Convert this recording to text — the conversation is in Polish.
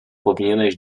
powinieneś